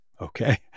Okay